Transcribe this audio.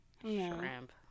Shrimp